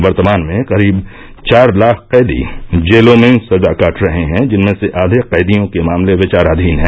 वर्तमान में करीब चार लाख कैदी जेलों में सजा काट रहे हैं जिनमें से अधे कैदियों के मामले विचाराधीन हैं